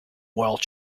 world